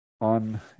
on